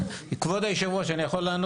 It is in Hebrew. כבוד יושב הראש, אני יכול לענות?